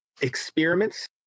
experiments